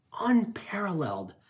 Unparalleled